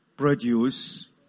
produce